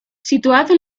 situado